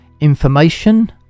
Information